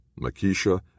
Makisha